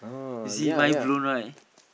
you see mind blown right